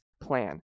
plan